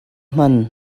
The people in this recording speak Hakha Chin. hman